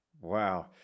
wow